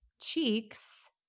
cheeks